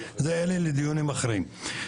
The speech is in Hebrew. אלה לדיונים אחרים.